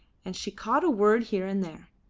and she caught a word here and there.